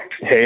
Hey